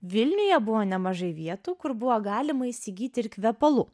vilniuje buvo nemažai vietų kur buvo galima įsigyti ir kvepalų